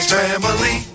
family